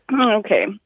Okay